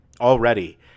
already